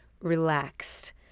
relaxed